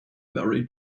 very